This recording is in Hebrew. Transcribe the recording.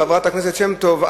חברת הכנסת שמטוב,